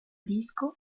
disco